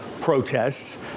protests